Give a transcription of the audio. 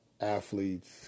athletes